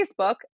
Facebook